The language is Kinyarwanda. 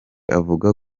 avuga